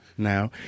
now